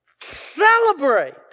celebrate